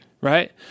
Right